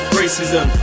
racism